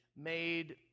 made